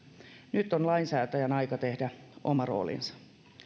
nyt on lainsäätäjän aika tehdä oma roolinsa